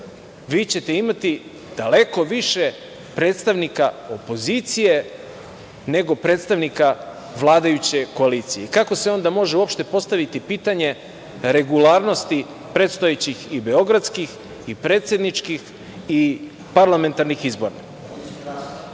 vi ćete imati daleko više predstavnika opozicije nego predstavnika vladajuće koalicije. Kako se ona može uopšte postaviti pitanje regularnosti predstojećih i beogradskih i predsedničkih i parlamentarnih